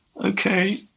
Okay